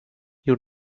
you